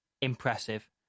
impressive